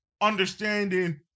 understanding